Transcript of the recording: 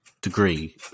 degree